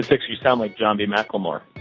hicks, you sound like john b. mclemore